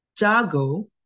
Jago